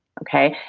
okay.